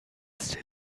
still